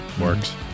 Works